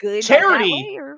Charity